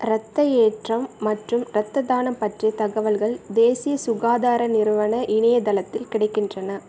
ரத்த ஏற்றம் மற்றும் ரத்ததானம் பற்றிய தகவல்கள் தேசிய சுகாதார நிறுவன இணையதளத்தில் கிடைக்கின்றன